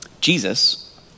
Jesus